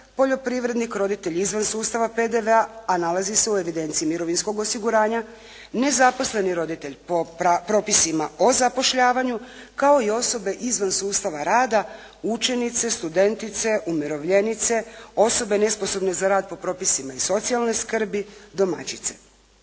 poljoprivrednik, roditelj izvan sustava PDV-a, a nalazi se u evidenciji mirovinskog osiguranja, nezaposleni roditelj po propisima o zapošljavanju kao i osobe izvan sustava rada, učenice, studentice, umirovljenice, osobe nesposobne za rad po propisima iz socijalne skrbi, domaćice.